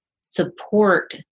support